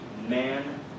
man